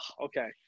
okay